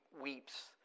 weeps